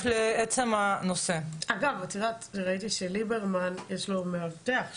אגב, ראיתי שליברמן, יש לו מאבטח.